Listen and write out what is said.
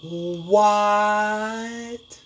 what